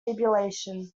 fibrillation